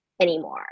anymore